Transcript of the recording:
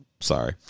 Sorry